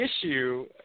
issue